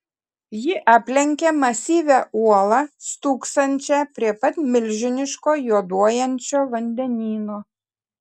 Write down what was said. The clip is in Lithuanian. ji aplenkė masyvią uolą stūksančią prie pat milžiniško juoduojančio vandenyno